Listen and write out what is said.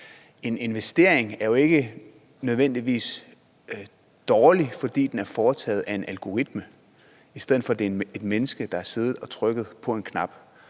En investering er jo ikke nødvendigvis dårlig, fordi den er foretaget af en algoritme, i stedet for at det er et menneske, der har siddet og trykket på en knap.